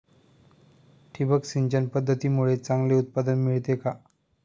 ठिबक सिंचन पद्धतीमुळे चांगले उत्पादन मिळते का?